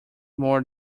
more